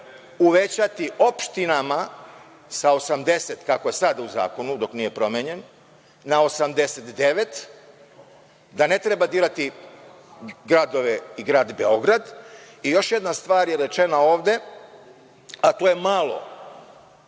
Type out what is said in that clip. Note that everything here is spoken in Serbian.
uvećati opštinama sa 80, kako je sada u zakonu dok nije promenjen, na 89, da ne treba dirati gradove i grad Beograd. I još jedna stvar je rečena ovde, a tu je malo